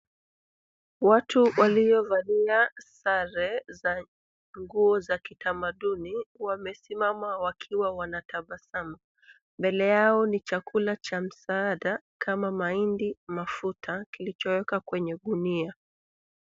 Watu waliovalia sare za nguo za kitamaduni wamesimama wakiwa wanatabasmu. Mbele yao ni chakula cha msaada kama mahindi, mafuta kilichowekwa kwenye gunia.